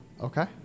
Okay